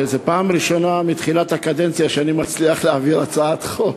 זו הפעם הראשונה מתחילת הקדנציה שאני מצליח להעביר הצעת חוק,